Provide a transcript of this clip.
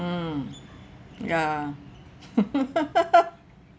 mm ya